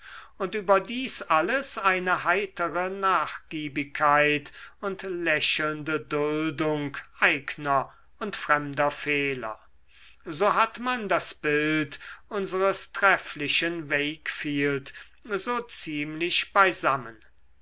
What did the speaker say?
und über dies alles eine heitere nachgiebigkeit und lächelnde duldung eigner und fremder fehler so hat man das bild unseres trefflichen wakefield so ziemlich beisammen